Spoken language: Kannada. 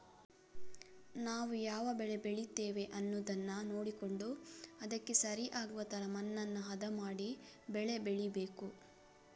ನಾವು ಯಾವ ಬೆಳೆ ಬೆಳೀತೇವೆ ಅನ್ನುದನ್ನ ನೋಡಿಕೊಂಡು ಅದಕ್ಕೆ ಸರಿ ಆಗುವ ತರ ಮಣ್ಣನ್ನ ಹದ ಮಾಡಿ ಬೆಳೆ ಬೆಳೀಬೇಕು